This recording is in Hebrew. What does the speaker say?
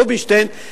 רובינשטיין,